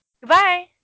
Goodbye